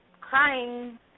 crying